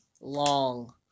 long